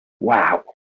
wow